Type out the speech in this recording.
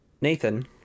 nathan